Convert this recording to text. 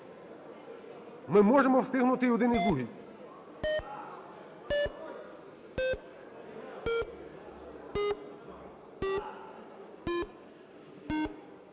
Ми можемо встигнути і один, і другий.